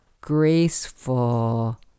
graceful